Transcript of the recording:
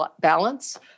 balance